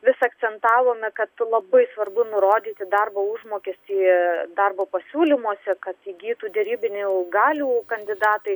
vis akcentavome kad labai svarbu nurodyti darbo užmokestį darbo pasiūlymuose kad įgytų derybinių galių kandidatai